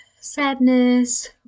sadness